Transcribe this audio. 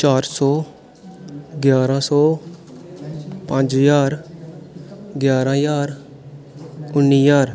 चार सौ ग्यारां सौ पंज ज्हार ग्यारां ज्हार उ'न्नी ज्हार